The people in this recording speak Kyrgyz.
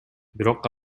бирок